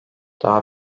daha